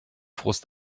frust